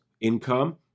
income